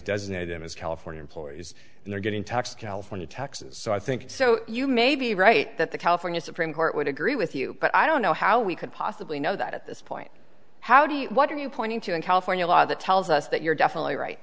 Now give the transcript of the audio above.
designated as california employees and they're getting taxed california taxes so i think so you may be right that the california supreme court would agree with you but i don't know how we could possibly know that at this point how do you what are you pointing to in california law that tells us that you're definitely right